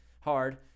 hard